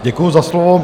Děkuji za slovo.